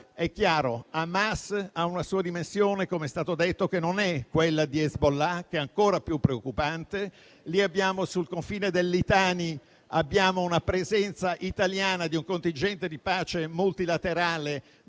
È chiaro che Hamas ha una sua dimensione - come è stato detto - che non è quella di Hezbollah, che è ancora più preoccupante. Abbiamo, sul confine del Litani, una presenza italiana di un contingente di pace multilaterale